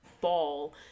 ball